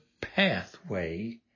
pathway